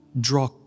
draw